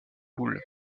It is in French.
boules